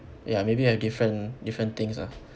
ya maybe have different different things ah